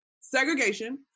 segregation